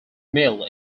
mill